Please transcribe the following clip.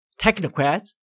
technocrats